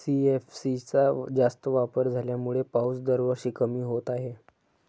CFC चा जास्त वापर झाल्यामुळे पाऊस दरवर्षी कमी होत आहे